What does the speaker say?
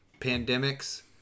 pandemics